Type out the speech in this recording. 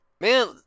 Man